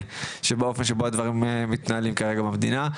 באופן שבו הדברים מתנהלים כרגע במדינה.